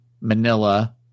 manila